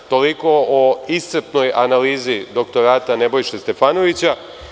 Toliko o iscrpnoj analizi doktorata Nebojše Stefanovića.